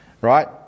right